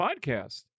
podcast